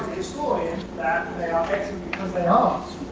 historian that they are excellent because they are